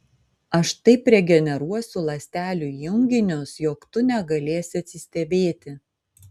aš taip regeneruosiu ląstelių junginius jog tu negalėsi atsistebėti